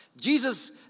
Jesus